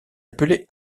appelé